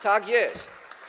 Tak jest.